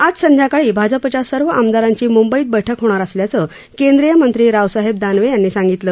आज सायंकाळी भाजपच्या सर्व आमदारांची मुंबईत बैठक होणार असल्याचं केंद्रीय मंत्री रावसाहेब दानवे यांनी सांगितलं